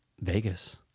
Vegas